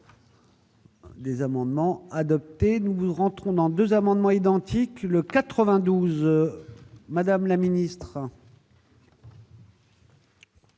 Les amendements adoptés, nous rentrons dans 2 amendements identiques le 92, madame la ministre.